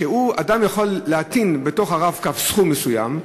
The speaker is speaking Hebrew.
אדם יכול להטעין ב"רב-קו" סכום מסוים,